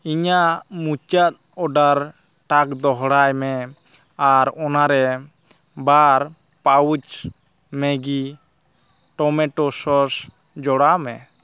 ᱤᱧᱟᱜ ᱢᱩᱪᱟᱫ ᱚᱰᱟᱨᱴᱟᱜ ᱫᱚᱦᱲᱟᱭᱢᱮ ᱟᱨ ᱚᱱᱟᱨᱮ ᱵᱟᱨ ᱯᱟᱣᱩᱪ ᱢᱮᱜᱤ ᱴᱚᱢᱮᱴᱳ ᱥᱚᱥ ᱡᱚᱲᱟᱣᱢᱮ